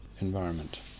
environment